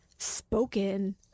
spoken